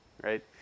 right